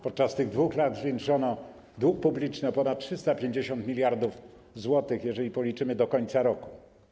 Podczas tych dwóch lat zwiększono dług publiczny o ponad 350 mld zł, jeżeli policzymy do końca roku.